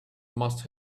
must